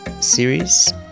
series